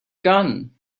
gun